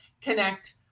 connect